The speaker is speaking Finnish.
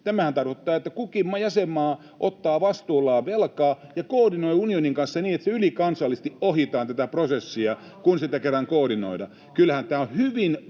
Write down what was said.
Tämähän tarkoittaa, että kukin jäsenmaa ottaa vastuullaan velkaa ja koordinoi unionin kanssa niin, että ylikansallisesti ohjataan tätä prosessia, kun sitä kerran koordinoidaan. Kyllähän tämä on hyvin voimakasta